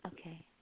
Okay